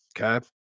okay